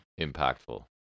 Impactful